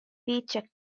paycheck